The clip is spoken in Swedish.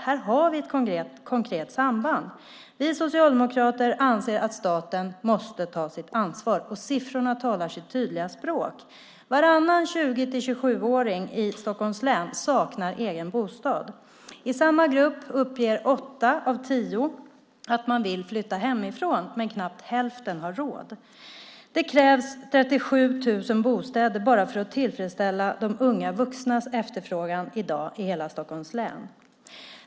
Här har vi ett konkret samband. Vi socialdemokrater anser att staten måste ta sitt ansvar. Siffrorna talar sitt tydliga språk. Varannan 20-27-åring i Stockholms län saknar egen bostad. I samma grupp uppger åtta av tio att man vill flytta hemifrån, men knappt hälften har råd. Det krävs 37 000 bostäder bara för att tillfredsställa de unga vuxnas efterfrågan i dag i hela Stockholms län.